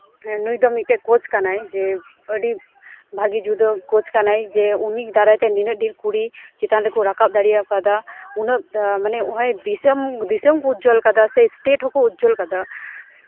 ᱦᱮᱸ ᱱᱩᱭᱫᱚ ᱢᱤᱫᱴᱮᱡ ᱠᱳᱪ ᱠᱟᱱᱟᱭ ᱡᱮ ᱟᱹᱰᱤ ᱵᱷᱟᱜᱮ ᱡᱩᱫᱟᱹ ᱠᱳᱪ ᱠᱟᱱᱭ ᱡᱮ ᱩᱱᱤ ᱫᱟᱨᱟᱭ ᱛᱮ ᱱᱤᱱᱟᱹᱜ ᱰᱷᱮᱨ ᱠᱩᱲᱤ ᱪᱮᱛᱟᱱ ᱨᱮᱠᱚ ᱨᱟᱠᱟᱵ ᱫᱟᱲᱮ ᱠᱟᱫᱟ ᱩᱱᱟᱹᱜ ᱢᱟᱱᱮ ᱫᱤᱥᱚᱢ ᱫᱤᱥᱚᱢ ᱠᱚ ᱩᱡᱽᱡᱚᱞ ᱠᱟᱫᱟ ᱥᱮ ᱥᱴᱮᱴ ᱦᱚᱸᱠᱚ ᱩᱡᱽᱡᱚᱞ ᱠᱟᱫᱟ